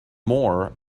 more